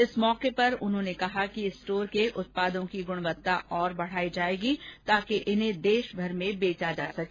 इस मौके पर उन्होंने कहा कि इस स्टोर के उत्पादों की गुणवत्ता और बढ़ाई जायेगी ताकि इन्हें देशभर में बेचा जा सके